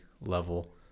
level